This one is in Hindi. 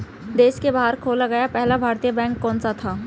देश के बाहर खोला गया पहला भारतीय बैंक कौन सा था?